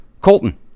Colton